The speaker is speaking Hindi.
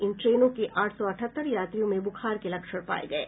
इन ट्रेनों के आठ सौ अठहत्तर यात्रियों में बुखार के लक्षण पाये गये